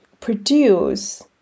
produce